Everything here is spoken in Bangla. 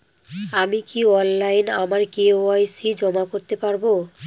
আমি কি অনলাইন আমার কে.ওয়াই.সি জমা করতে পারব?